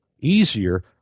easier